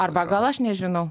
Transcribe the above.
arba gal aš nežinau